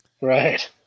Right